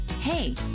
Hey